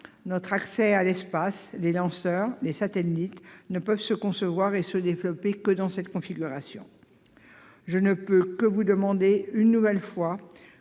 Notre accès à l'espace, les lanceurs, les satellites ne peuvent se concevoir et se développer que dans cette configuration. Je ne peux que vous demander une nouvelle fois,